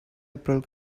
april